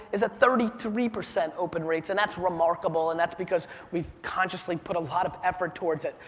is at thirty three percent open rates, and that's remarkable, and that's because we've consciously put a lot of effort towards it,